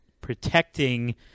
protecting